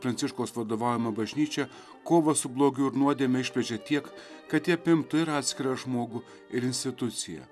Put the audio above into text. pranciškaus vadovaujama bažnyčia kovą su blogiu ir nuodėme išplečia tiek kad ji apimtų ir atskirą žmogų ir instituciją